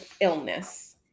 illness